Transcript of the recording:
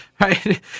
right